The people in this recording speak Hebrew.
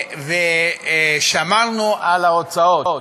ושמרנו על ההוצאות.